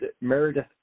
Meredith